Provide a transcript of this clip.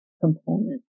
component